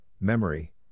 memory